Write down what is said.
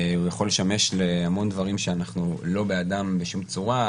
והוא יכול לשמש להמון דברים שאנחנו לא בעדם בשום צורה,